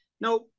Now